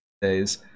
days